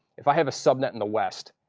if i have a subnet in the west,